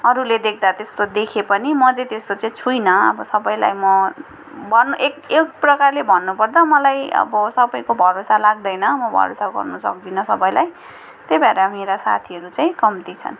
अरुले देख्दा त्यस्तो देखे पनि म चाहिँ त्यस्तो चाहिँ छुइनँ अब सबैलाई म एक प्रकारले भन्नुपर्दा मलाई अब सबैको भरोसा लाग्दैन म भरोसा गर्नु सक्दिनँ सबैलाई त्यही भएर मेरा साथीहरू चाहिँ कम्ति छन्